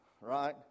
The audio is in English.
Right